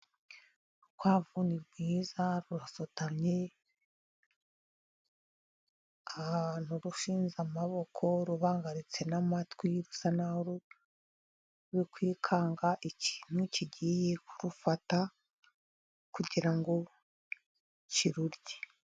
Urukwavu ni rwiza rurasotamye ahantu rushinze amaboko, rubangaritse n'amatwi, rusa n'aho ruri kwikanga ikintu kigiye kurufata kugira ngo kirurye.